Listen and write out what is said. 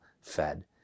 fed